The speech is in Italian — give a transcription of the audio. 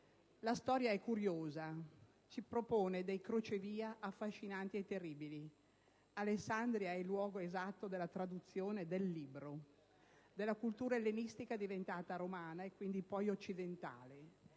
La storia è curiosa. Ci propone dei crocevia affascinanti e terribili. Alessandria è il luogo esatto della traduzione del Libro, della cultura ellenistica diventata romana e quindi poi occidentale.